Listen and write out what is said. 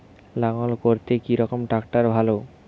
লাঙ্গল করতে কি রকম ট্রাকটার ভালো?